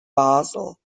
basel